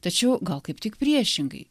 tačiau gal kaip tik priešingai